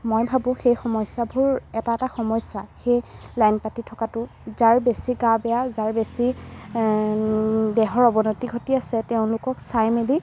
মই ভাবোঁ সেই সমস্যাবোৰ এটা এটা সমস্যা সেই লাইন পাতি থকাটো যাৰ বেছি গা বেয়া যাৰ বেছি দেহৰ অৱনতি ঘটি আছে তেওঁলোকক চাই মেলি